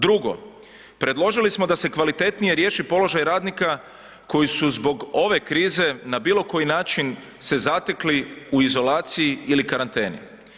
Drugo, predložili smo da se kvalitetnije riješi položaj radnika koji su zbog ove krize na bilo koji način se zatekli u izolaciji ili karanteni.